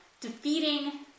defeating